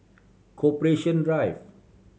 Corporation Drive